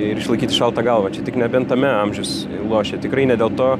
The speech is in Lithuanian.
ir išlaikyti šaltą galvą čia tik nebent tame amžius lošia tikrai ne dėl to